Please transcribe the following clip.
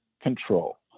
control